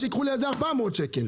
שייקחו לי על זה 400 שקל.